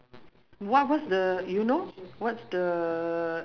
eh can be out of s~ out not not not necessary in singapore